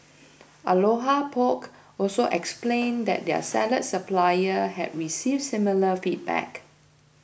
Aloha Poke also explained that their salad supplier had received similar feedback